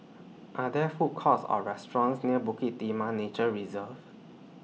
Are There Food Courts Or restaurants near Bukit Timah Nature Reserve